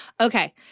Okay